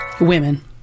Women